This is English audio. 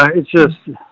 ah it's just,